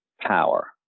power